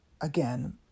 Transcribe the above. again